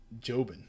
Jobin